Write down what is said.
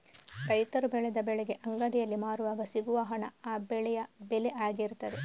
ರೈತರು ಬೆಳೆದ ಬೆಳೆಗೆ ಅಂಗಡಿಯಲ್ಲಿ ಮಾರುವಾಗ ಸಿಗುವ ಹಣ ಆ ಬೆಳೆಯ ಬೆಲೆ ಆಗಿರ್ತದೆ